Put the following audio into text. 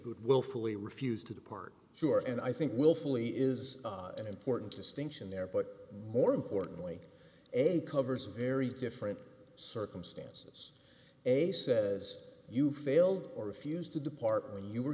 willfully refused to depart sure and i think willfully is an important distinction there but more importantly a covers a very different circumstances a says you failed or refused to depart when you were